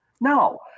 No